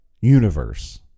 universe